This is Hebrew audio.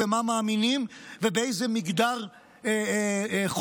במה מאמינים ובאיזה מגדר חושקים.